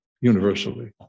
universally